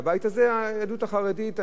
היהדות החרדית, הנציגות החרדית לא שותפה.